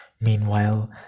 Meanwhile